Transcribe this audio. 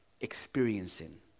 experiencing